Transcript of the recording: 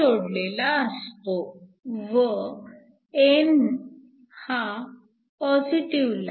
जोडलेला असतो व n पॉजिटीव्हला